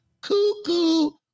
cuckoo